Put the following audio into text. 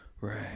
Right